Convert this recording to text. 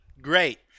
great